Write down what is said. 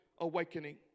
awakening